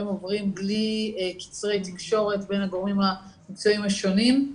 עוברים בלי קצרי תקשורת בין הגורמים המקצועיים השונים.